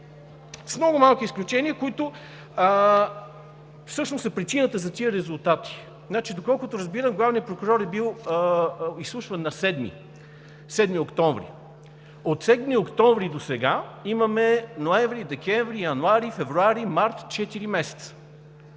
с много малки изключения, които всъщност са причината за тези резултати. Значи, доколкото разбирам, главният прокурор е бил изслушван на 7 октомври. От 7 октомври досега имаме ноември, декември, януари, февруари, март – четири